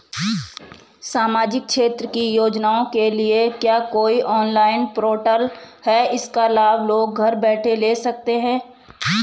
सामाजिक क्षेत्र की योजनाओं के लिए क्या कोई ऑनलाइन पोर्टल है इसका लाभ लोग घर बैठे ले सकते हैं?